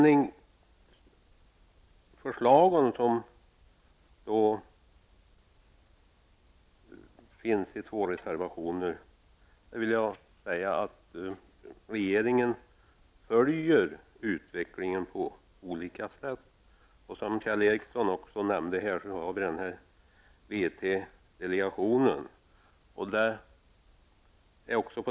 I två av reservationerna föreslås att det skall tillsättas utredningar. Regeringen följer utvecklingen på olika sätt. Som Kjell Ericsson nämnde har VT-delegationen inrättats.